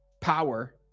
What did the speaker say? power